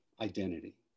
identity